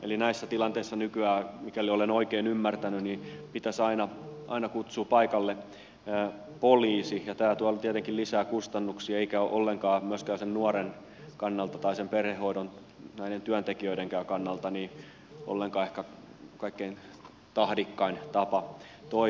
eli näissä tilanteissa nykyään mikäli olen oikein ymmärtänyt pitäisi aina kutsua paikalle poliisi ja tämä tuo tietenkin lisää kustannuksia eikä ole ollenkaan myöskään nuoren tai perhehoidon työntekijöidenkään kannalta ehkä kaikkein tahdikkain tapa toimia